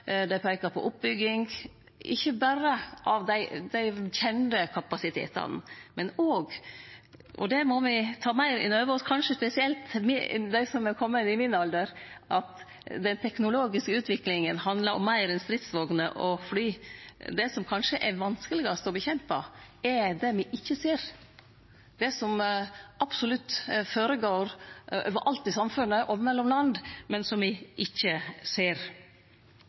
peikar ikkje berre på oppbygging av dei kjende kapasitetane, men òg – og det må me ta meir inn over oss, kanskje spesielt dei som er på min alder – at den teknologiske utviklinga handlar om meir enn stridsvogner og fly. Det som kanskje er vanskelegast å kjempe mot, er det me ikkje ser, det som absolutt føregår overalt i samfunnet og mellom land, men som me ikkje ser.